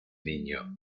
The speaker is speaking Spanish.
niño